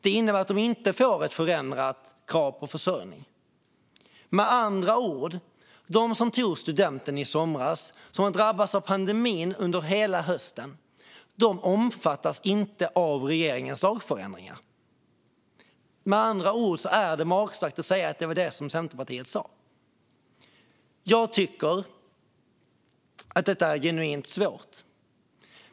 Det innebär i sin tur att de inte får ett förändrat krav på försörjning. Med andra ord: De som tog studenten i somras och som har drabbats av pandemin under hela hösten omfattas inte av regeringens lagförändringar. Det är alltså magstarkt att säga att det var det som Centerpartiet sa. Jag tycker att detta är genuint svårt.